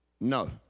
No